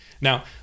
Now